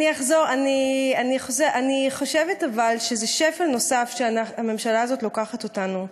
אני אחזור: אני חושבת שזה שפל נוסף שהממשלה הזאת לוקחת אותנו אליו,